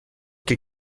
que